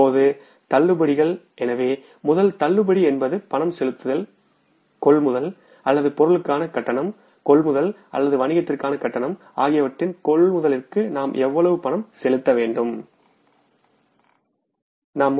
இப்போது தள்ளுபடிகள் முதல் தள்ளுபடி என்பது பணம் செலுத்துதல் கொள்முதல் அல்லது பொருட்களுக்கான கட்டணம் கொள்முதல் அல்லது வணிகத்திற்கான கட்டணம் ஆகியவற்றின் கொள்முதலிற்கு நாம் எவ்வளவு ரொக்கம் செலுத்த வேண்டும் என்பதாகும்